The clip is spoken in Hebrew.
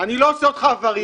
אני לא עושה אותך עבריין.